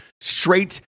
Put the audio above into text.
straight